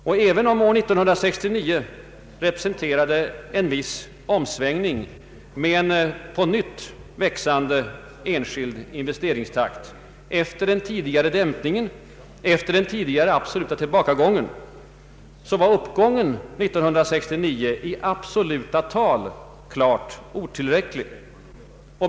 Även om år 1969 representerade en viss omsvängning med en på nytt växande enskild investeringstakt efter den tidigare dämpningen och efter den tidigare faktiska tillbakagången, var uppgången 1969 i absoluta tal klart otillräcklig.